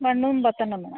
ബണ്ണും പത്തെണ്ണം വേണം